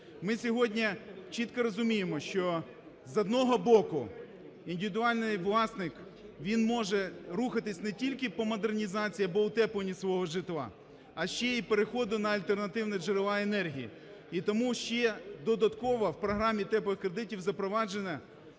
Ми сьогодні чітко розуміємо, що, з одного боку індивідуальний власник він може рухатись не тільки по модернізації або утепленні свого житла, а ще і переходу на альтернативні джерела енергії. І тому ще додатково в програмі "теплих кредитів" запроваджена